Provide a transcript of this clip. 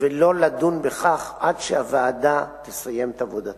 ולא לדון בכך עד שהוועדה תסיים את עבודתה.